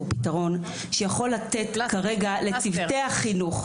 פתרון שיכול לתת כרגע לצוותי החינוך,